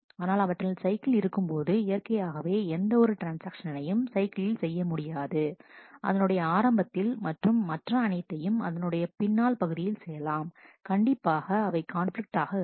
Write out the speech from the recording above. ஆனால் அவற்றில் சைக்கிள் இருக்கும் போது இயற்கையாகவே எந்த ஒரு ட்ரான்ஸ்ஆக்ஷனையும் சைக்கிளில் செய்ய முடியாது அதனுடைய ஆரம்பத்தில் மற்றும் மற்ற அனைத்தையும் அதனுடைய பின்னால் பகுதியில் செய்யலாம் கண்டிப்பாக அவை கான்பிலிக்ட்டாக இருக்கும்